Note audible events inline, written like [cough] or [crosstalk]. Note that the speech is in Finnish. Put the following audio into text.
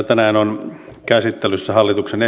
[unintelligible] tänään on käsittelyssä hallituksen [unintelligible]